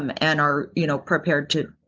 um and are you know prepared to.